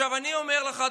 אני אומר לך,